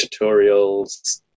tutorials